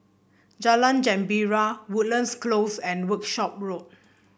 Jalan Gembira Woodlands Close and Workshop Road